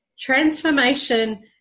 transformation